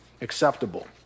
acceptable